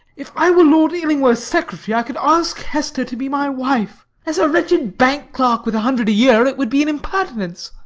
if i were lord illingworth's secretary i could ask hester to be my wife. as a wretched bank clerk with a hundred a year it would be an impertinence.